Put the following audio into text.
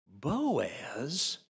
Boaz